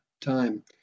time